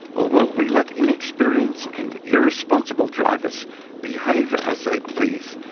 or will we let inexperienced and irresponsible drivers behave as they please,